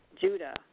Judah